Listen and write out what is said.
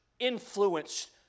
influenced